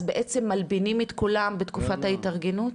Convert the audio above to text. אז בעצם מלבינים את כולם בתקופת ההתארגנות?